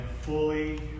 fully